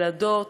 ילדות,